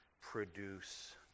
produce